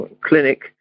clinic